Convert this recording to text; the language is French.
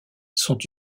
sont